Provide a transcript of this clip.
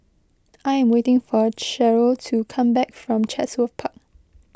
I am waiting for Cheryle to come back from Chatsworth Park